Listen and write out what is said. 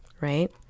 right